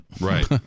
Right